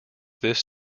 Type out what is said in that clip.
this